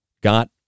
got